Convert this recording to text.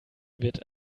wird